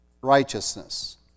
Righteousness